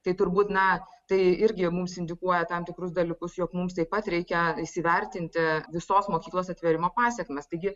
tai turbūt na tai irgi mums indikuoja tam tikrus dalykus jog mums taip pat reikia įsivertinti visos mokyklos atvėrimo pasekmes taigi